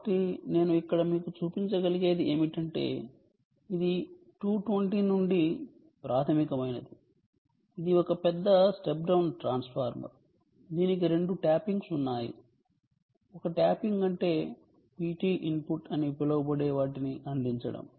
కాబట్టి నేను ఇక్కడ మీకు చూపించగలిగేది ఏమిటంటే ఇది 220 నుండి ప్రాథమికమైనది ఇది ఒక స్టెప్ డౌన్ ట్రాన్స్ఫార్మర్ దీనికి రెండు ట్యాపింగ్స్ ఉన్నాయి ఒక ట్యాపింగ్ అంటే PT input అని పిలవబడే వాటిని అందించడం